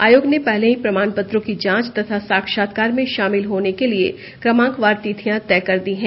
आयोग ने पहले ही प्रमाण पत्रों की जांच तथा साक्षात्कार में शामिल होने के लिए क्रमांकवार तिथियां तय कर दी हैं